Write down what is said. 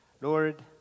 Lord